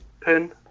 pin